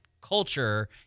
culture